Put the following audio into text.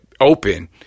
open